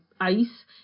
ice